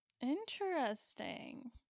Interesting